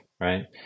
right